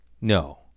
No